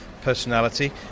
personality